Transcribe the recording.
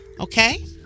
Okay